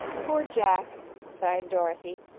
poor jack! sighed dorothy.